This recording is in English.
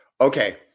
Okay